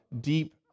deep